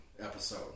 episode